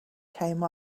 came